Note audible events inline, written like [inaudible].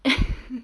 [laughs]